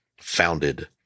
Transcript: founded